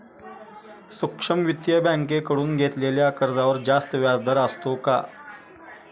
सूक्ष्म वित्तीय बँकेकडून घेतलेल्या कर्जावर जास्त व्याजदर असतो का?